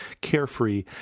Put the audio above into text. carefree